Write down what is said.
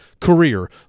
career